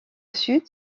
sud